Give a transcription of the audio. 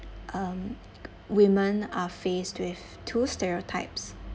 um women are faced with two stereotypes